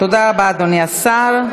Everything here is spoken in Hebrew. תודה רבה, אדוני השר.